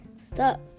stop